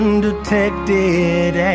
Undetected